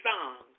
songs